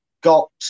got